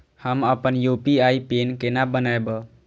हम अपन UPI PIN केना बनैब?